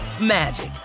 magic